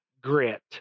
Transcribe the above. grit